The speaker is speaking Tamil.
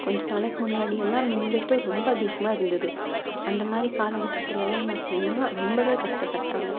கொஞ்சம் நாளைக்கு முன்னாடியெல்லாம் மின்வெட்டு ரொம்ப அதிகமாக இருந்தது அந்த மாதிரி காலகட்டத்துலெலாம் பார்த்திங்கன்னா ரொம்பவே கஷ்டப்பட்டாங்க